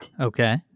Okay